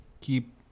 keep